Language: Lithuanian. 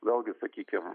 vėlgi sakykim